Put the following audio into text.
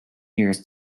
years